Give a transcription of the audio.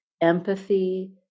empathy